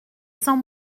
sans